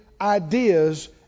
ideas